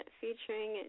featuring